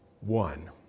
one